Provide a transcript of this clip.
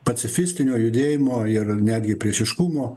pacifistinio judėjimo ir netgi priešiškumo